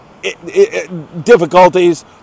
difficulties